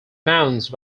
bounced